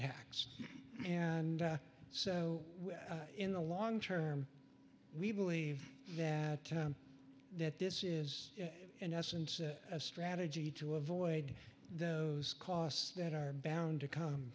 tax and so in the long term we believe that that this is in essence a strategy to avoid those costs that are bound to come